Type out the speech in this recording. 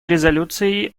резолюции